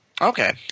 Okay